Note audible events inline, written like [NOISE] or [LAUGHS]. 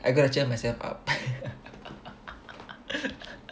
I gotta cheer myself up [LAUGHS]